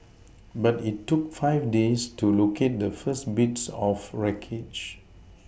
but it took five days to locate the first bits of wreckage